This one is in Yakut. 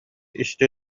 истэ